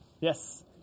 Yes